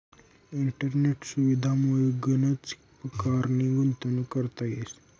इंटरनेटना सुविधामुये गनच परकारनी गुंतवणूक करता येस